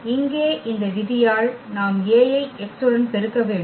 இங்கே இந்த விதியால் நாம் A ஐ x உடன் பெருக்க வேண்டும்